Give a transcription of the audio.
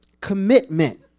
Commitment